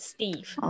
Steve